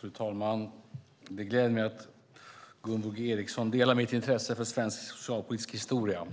Fru talman! Det gläder mig att Gunvor G Ericson delar mitt intresse för svensk socialpolitisk historia.